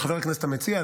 לחבר הכנסת המציע,